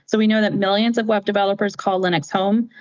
so we know that millions of web developers call linux home,